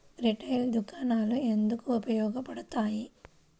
Retail దుకాణాలు ఎందుకు ఉపయోగ పడతాయి?